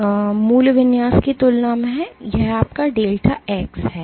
तो मूल विन्यास की तुलना में यह आपका डेल्टा x है